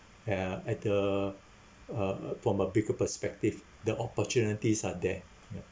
uh at the uh from a bigger perspective the opportunities are there ya